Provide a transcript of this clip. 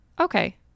okay